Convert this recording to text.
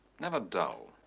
never dull.